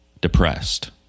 depressed